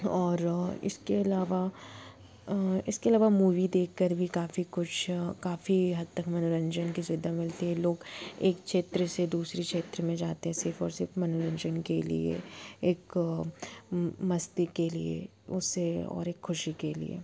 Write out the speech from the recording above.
और इसके अलावा इसके अलावा मूवी देख कर भी काफ़ी कुछ काफ़ी हद तक मनोरंजन की सुविधा मिलती है लोग एक क्षेत्र से दूसरे क्षेत्र में जाते हैं सिर्फ़ और सिर्फ़ मनोरंजन के लिए एक मस्ती के लिए उसे और एक ख़ुशी के लिए